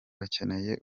bakeneye